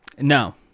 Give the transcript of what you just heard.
No